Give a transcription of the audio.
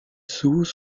dessous